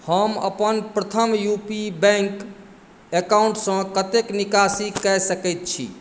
हम अपन Prathama U P bank अकाउंटसँ कतेक निकासी कय सकैत छी